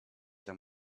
them